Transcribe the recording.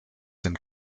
den